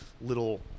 little